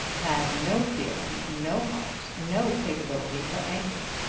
had no feeling, no heart, no capability for anger!